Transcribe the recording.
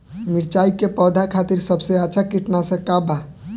मिरचाई के पौधा खातिर सबसे अच्छा कीटनाशक का बा?